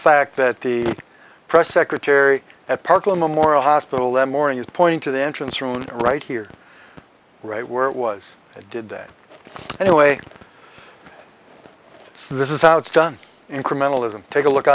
fact that the press secretary at parkland memorial hospital that morning is pointing to the entrance room right here right where it was i did that anyway so this is how it's done incrementalism take a look